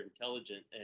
intelligent